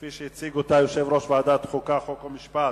כפי שהציג אותה יושב-ראש ועדת החוקה, חוק ומשפט,